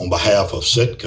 on behalf of sick